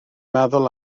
meddwl